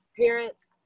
parents